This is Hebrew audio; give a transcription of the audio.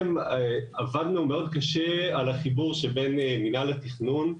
עבדנו קשה מאוד על החיבור שבין מנהל התכנון,